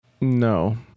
No